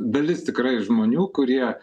dalis tikrai žmonių kurie